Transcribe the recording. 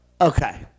Okay